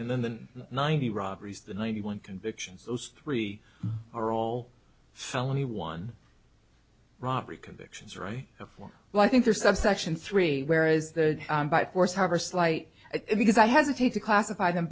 and then than ninety robberies the ninety one convictions those three are all felony one robbery convictions right before well i think they're subsection three whereas the by force however slight because i hesitate to classify them